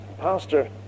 pastor